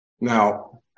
Now